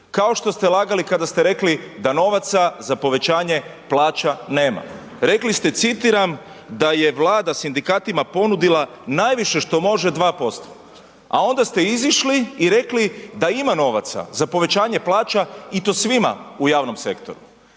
kao što ste lagali kada ste rekli da novaca za povećanje plaća nema. Rekli ste, citiram, da je Vlada sindikatima ponudila najviše što može 2%. A onda ste izišli i rekli da ima novaca za povećanje plaća i to svima u javnom sektoru.